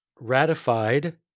Ratified